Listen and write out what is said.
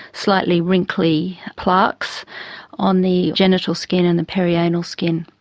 slightly wrinkly plaques on the genital skin and the perianal skin.